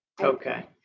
Okay